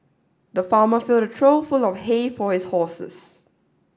the farmer filled a trough full of hay for his horses